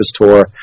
Tour